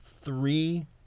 three